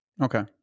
Okay